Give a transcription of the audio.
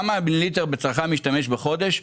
בכמה מיליליטר צרכן משתמש בחודש.